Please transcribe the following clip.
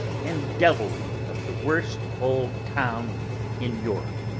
and devilry, of the worst old town in europe.